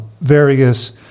various